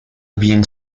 being